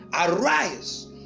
arise